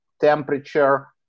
temperature